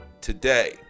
today